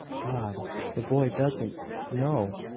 god the boy doesn't know!